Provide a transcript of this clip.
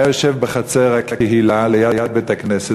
היה יושב בחצר הקהילה ליד בית-הכנסת,